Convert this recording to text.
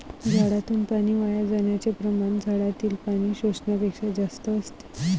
झाडातून पाणी वाया जाण्याचे प्रमाण झाडातील पाणी शोषण्यापेक्षा जास्त असते